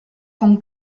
con